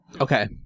Okay